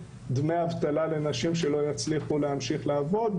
דמי אבטלה לנשים שלא יצליחו להמשיך לעבוד.